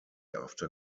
after